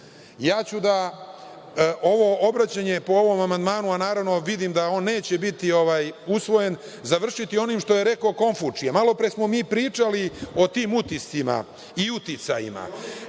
licu. Ovo obraćanje ću, po ovom amandmanu, a naravno vidim da on neće biti usvojen, završiti onim što je rekao Konfučije. Malopre smo mi pričali o tim utiscima i uticajima